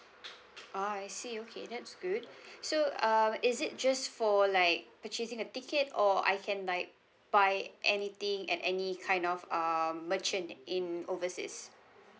oh I see okay that's good so um is it just for like purchasing a ticket or I can like buy anything at any kind of um merchant in overseas